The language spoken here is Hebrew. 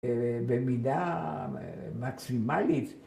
‫במידה מקסימלית.